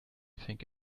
think